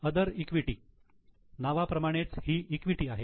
आदर इक्विटी नावाप्रमाणेच ही इक्विटी आहे